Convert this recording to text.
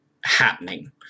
happening